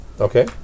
Okay